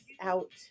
out